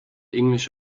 english